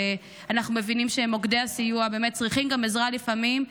ואנחנו מבינים שמוקדי הסיוע באמת צריכים גם עזרה לפעמים,